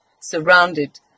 surrounded